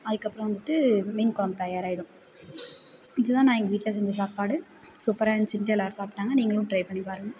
அதுக்கு அப்புறம் வந்துட்டு மீன் குழம்பு தயார் ஆகிடும் இதுதான் நான் எங்கள் வீட்டில் செஞ்ச சாப்பாடு சூப்பராக இருந்துச்சுன்ட்டு எல்லோரும் சாப்பிட்டாங்க நீங்களும் ட்ரை பண்ணி பாருங்க